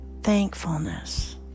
thankfulness